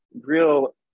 real